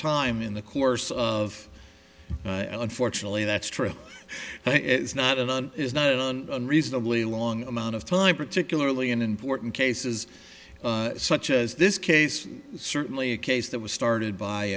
time in the course of unfortunately that's true it's not an and is not on a reasonably long amount of time particularly in important cases such as this case certainly a case that was started by